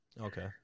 Okay